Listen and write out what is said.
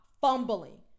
fumbling